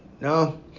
No